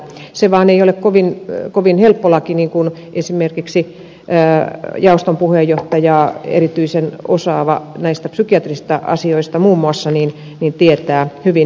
se vaan ei ole kovin helppo laki niin kuin esimerkiksi jaoston puheenjohtaja erityisen osaava muun muassa näistä psykiatrisista asioista tietää hyvin